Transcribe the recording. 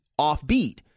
offbeat